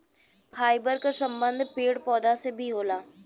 fibre क संबंध पेड़ पौधा से भी होला